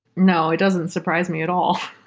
no. it doesn't surprise me at all.